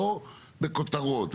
לא בכותרות,